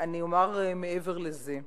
אני אומר מעבר לזה.